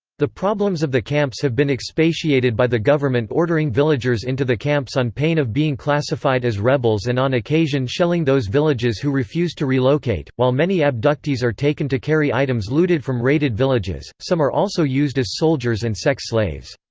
the problems of the camps have been expatiated by the government ordering villagers into the camps on pain of being classified as rebels and on occasion shelling those villages who refused to relocate while many abductees are taken to carry items looted from raided villages, some are also used as soldiers and sex slaves.